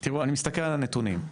תראו, אני מסתכל על הנתונים.